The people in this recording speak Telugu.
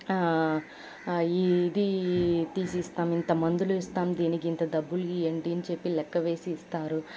ఈ ది తీసిస్తాం ఇంత మందులు ఇస్తాం దీనికి ఇంత డబ్బులు ఇవండీ అని చెప్పి లెక్క వేసి ఇస్తారు